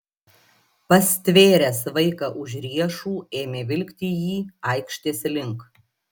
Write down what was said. pastvėręs vaiką už riešų ėmė vilkti jį aikštės link